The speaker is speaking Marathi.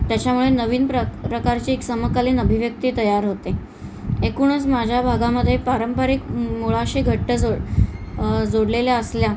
त्याच्यामुळे नवीन प्रक प्रकारची एक समकालीन अभिव्यक्ती तयार होते एकूणच माझ्या भागामध्ये पारंपरिक मुळाशी घट्ट जोड जोडलेल्या असल्या